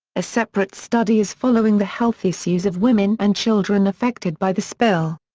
a separate study is following the health issues of women and children affected by the spill.